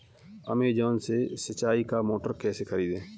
Amazon से सिंचाई का मोटर कैसे खरीदें?